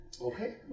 Okay